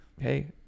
hey